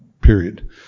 Period